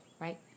right